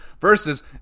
versus